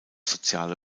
soziale